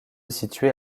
situait